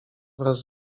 wraz